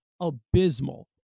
abysmal